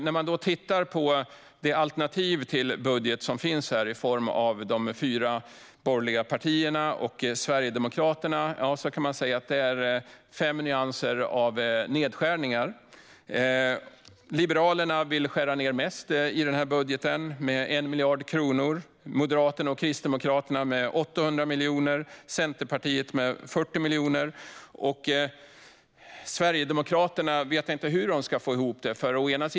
När man tittar på de budgetalternativ som finns här i form av budgetarna från de fyra borgerliga partierna och Sverigedemokraterna kan man säga att det är fem nyanser av nedskärningar. Liberalerna vill skära ned mest i den här budgeten, med 1 miljard kronor. Moderaterna och Kristdemokraterna vill skära ned med 800 miljoner, Centerpartiet med 40 miljoner. Vad gäller Sverigedemokraterna vet jag inte hur de ska få ihop det.